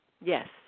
yes